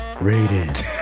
Rated